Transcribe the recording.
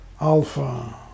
alpha